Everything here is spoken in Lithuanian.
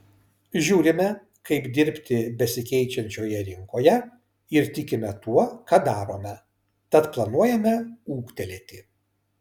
žiūrime kaip dirbti besikeičiančioje rinkoje ir tikime tuo ką darome tad planuojame ūgtelėti